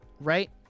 right